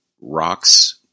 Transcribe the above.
rocks